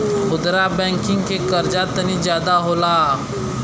खुदरा बैंकिंग के कर्जा तनी जादा होला